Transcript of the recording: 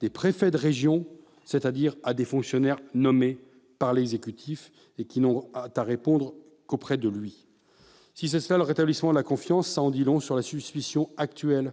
des préfets de région, c'est-à-dire des fonctionnaires nommés par l'exécutif et qui n'ont à répondre qu'auprès de lui ? Si c'est cela le rétablissement de la confiance, cela en dit long sur la suspicion que